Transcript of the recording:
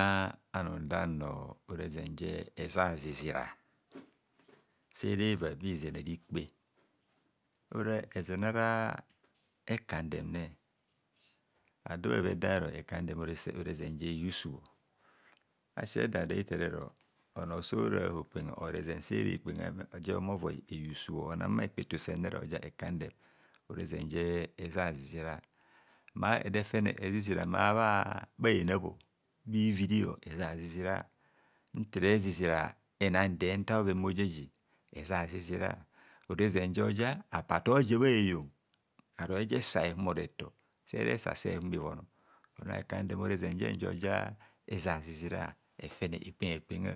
Nta anum nda nnor ora ezen je zazizira sere va bha izen arikpe ora ezen ara ekaandem ado bhavi eda ero ekandem ora ezen je hubsub, asi edada eta ero onor so ra hokpengha or ezen se ra hekpengha jehem evoi eyu sub bha hekpa eto sere oja ekandem ora ezen je zazizira ma ede fene ezizira ma bhahenab, bhiviri, ezazizira nta ere zizira enan dee nta bhoven bhojaji ezazizira, ora ezen joja apa tor je bhaheyong aro eje sa ehumor retor, seresa, sehumor ivon ona ekandem ora ezen jem jo ja ezazizira efene ekpegha kpegha.